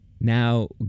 now